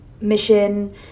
mission